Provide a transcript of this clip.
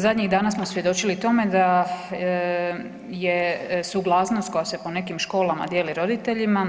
Zadnjih dana smo svjedočili tome da je suglasnost koja se po nekim školama dijeli roditeljima,